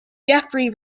geoffrey